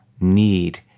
need